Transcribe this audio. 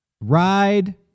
Ride